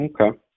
Okay